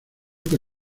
que